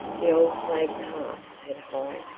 the old flagged paths had high,